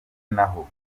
naho